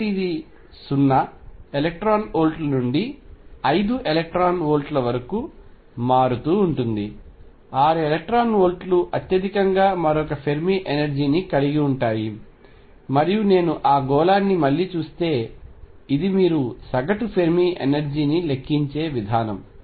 కాబట్టి ఇది 0 ఎలక్ట్రాన్ వోల్ట్ల నుండి 5 ఎలక్ట్రాన్ వోల్ట్ల వరకు మారుతూ ఉంటుంది 6 ఎలక్ట్రాన్ వోల్ట్లు అత్యధికంగా మరొక ఫెర్మి ఎనర్జీ ని కలిగి ఉంటాయి మరియు నేను ఆ గోళాన్ని మళ్లీ చూస్తే ఇది మీరు సగటు ఫెర్మి ఎనర్జీ ని లెక్కించే విధానం